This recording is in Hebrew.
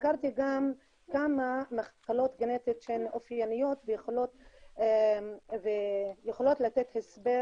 סקרתי גם כמה מחלות גנטיות שהן אופייניות ויכולות לתת הסבר